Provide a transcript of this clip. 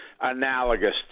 analogous